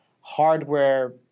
hardware